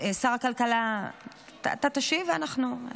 שר הכלכלה, אתה תשיב ואנחנו,